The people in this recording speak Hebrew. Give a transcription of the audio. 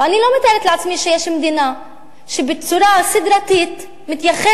ואני לא מתארת לעצמי שיש מדינה שבצורה סיסטמטית מתייחסת